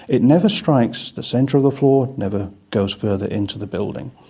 it never strikes the centre of the floor, it never goes further in to the building.